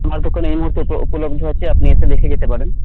আমার দোকানে এই মুহুর্তে উপলব্ধ আছে আপনি এসে দেখে যেতে পারেন